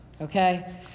okay